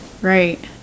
Right